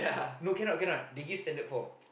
no cannot cannot they give standard form